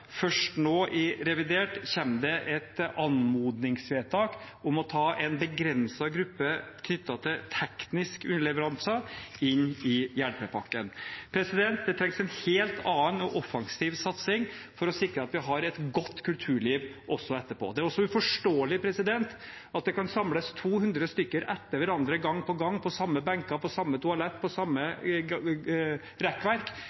Først nå, i revidert nasjonalbudsjett, kommer det et anmodningsvedtak om å ta en begrenset gruppe knyttet til tekniske underleveranser inn i hjelpepakken. Det trengs en helt annen og offensiv satsing for å sikre at vi har et godt kulturliv også etterpå. Det er også uforståelig at det kan samles 200 stykker etter hverandre, gang på gang, på samme benker, på samme toalett, på samme rekkverk,